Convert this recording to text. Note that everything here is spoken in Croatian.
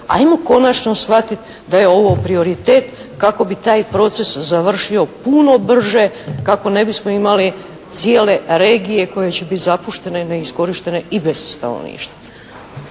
Ajmo konačno shvatit da je ovo prioritet kako bi taj proces završio puno brže, kako ne bismo imali cijele regije koje će bit zapuštene, neiskorištene i bez stanovništva.